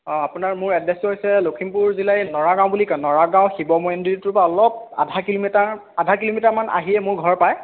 অঁ আপোনাৰ মোৰ এড্ৰেছটো হৈছে লখিমপুৰ জিলাৰ এই নৰাগাঁও বুলি কয় নৰাগাঁও শিৱ মন্দিৰটোৰ পৰা অলপ আধা কিলো কিলোমিটাৰমান আহিয়ে মোৰ ঘৰ পায়